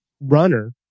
runner